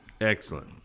Excellent